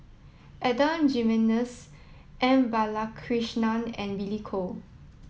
Adan Jimenez M Balakrishnan and Billy Koh